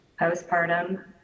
postpartum